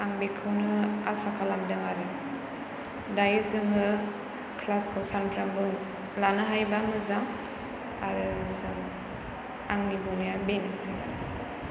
आं बिखौनो आसा खालामदों आरो दायो जोङो क्लास खौ सानफ्रामबो लानो हायोबा मोजां आरो जों आंनि बुंनाया बेनोसै